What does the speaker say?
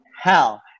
hell